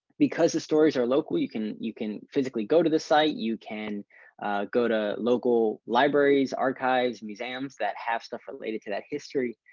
because the stories are locally. you can you can physically go to the site, you can go to local libraries, archives, museums that have stuff related to that history,